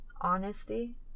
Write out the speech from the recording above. honesty